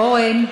אורן.